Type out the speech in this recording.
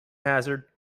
hazard